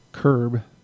Curb